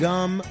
Gum